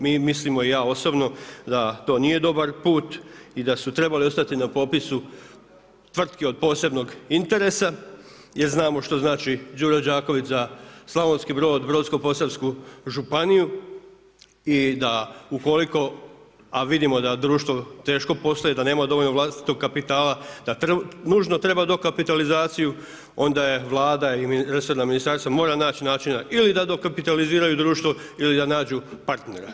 Mi mislimo i ja osobno da to nije dobar put i da su trebali ostati na popisu tvrtki od posebnog interesa jer znamo što znači Đuro Đaković za Slavonski Brod, Brodsko-posavsku županiju i da ukoliko, a vidimo da društvo teško posluje da nema dovoljno vlastitog kapitala, da nužno treba dokapitalizaciju onda Vlada i resorna ministarstva mora naći načina ili da dokapitaliziraju društvo ili da nađu partnera.